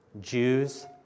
Jews